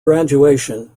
graduation